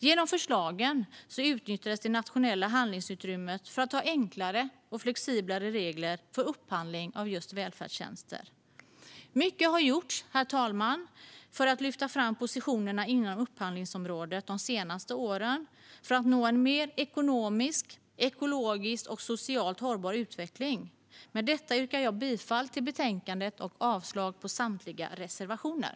Genom förslagen utnyttjades det nationella handlingsutrymmet för att ha enklare och flexiblare regler för upphandling av just välfärdstjänster. Mycket har gjorts de senaste åren, herr talman, för att flytta fram positionerna inom upphandlingsområdet i syfte att nå en ekonomiskt, ekologiskt och socialt mer hållbar utveckling. Med detta yrkar jag bifall till förslaget i betänkandet och avslag på samtliga reservationer.